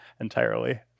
entirely